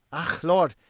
ah, lort,